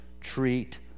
treat